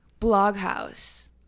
Bloghouse